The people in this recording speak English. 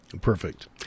Perfect